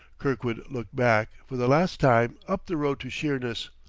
kirkwood looked back, for the last time, up the road to sheerness.